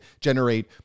generate